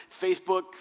Facebook